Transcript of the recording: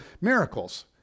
miracles